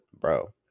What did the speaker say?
bro